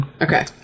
Okay